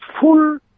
full